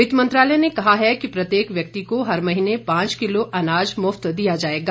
वित्त मंत्रालय ने कहा है कि प्रत्येक व्यक्ति को हर महीने पांच किलो अनाज मृफ्त में दिया जाएगा